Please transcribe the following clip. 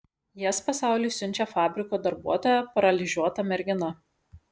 jas pasauliui siunčia fabriko darbuotoja paralyžiuota mergina